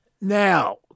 Now